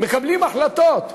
מקבלים החלטות.